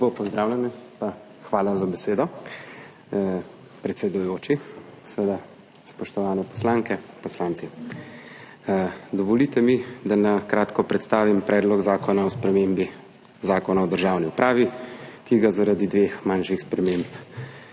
Lepo pozdravljeni! Hvala za besedo, predsedujoča. Spoštovani poslanke, poslanci! Dovolite mi, da na kratko predstavim Predlog zakona o spremembi Zakona o državni upravi, ki ga zaradi dveh manjših sprememb